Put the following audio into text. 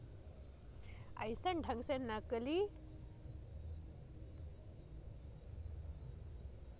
अइसन ढंग ले मइनसे हर नकली नोट चलाथे कि ओला पकेड़ पाना मुसकिल होए जाथे